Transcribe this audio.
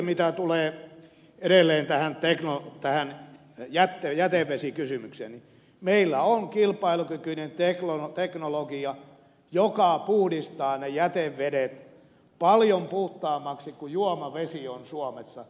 mitä tulee edelleen tähän jätevesikysymykseen niin meillä on kilpailukykyinen teknologia joka puhdistaa ne jätevedet paljon puhtaammiksi kuin juomavesi on suomessa